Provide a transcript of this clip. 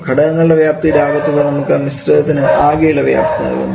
ഘടകങ്ങളുടെ വ്യാപ്തിയുടെ ആകെത്തുക നമുക്ക് മിശ്രിതത്തിന് ആകെയുള്ള വ്യാപ്തി നൽകുന്നു